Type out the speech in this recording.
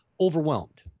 overwhelmed